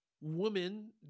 woman